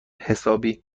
حسابی